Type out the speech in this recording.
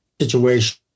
situation